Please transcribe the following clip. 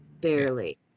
barely